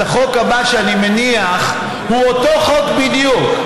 אז החוק הבא שאני מניח הוא אותו חוק בדיוק,